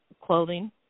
Clothing